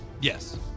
Yes